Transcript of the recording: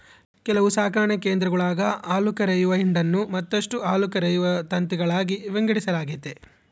ಕೆಲವು ಸಾಕಣೆ ಕೇಂದ್ರಗುಳಾಗ ಹಾಲುಕರೆಯುವ ಹಿಂಡನ್ನು ಮತ್ತಷ್ಟು ಹಾಲುಕರೆಯುವ ತಂತಿಗಳಾಗಿ ವಿಂಗಡಿಸಲಾಗೆತೆ